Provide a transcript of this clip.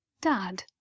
Dad